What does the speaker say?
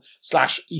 slash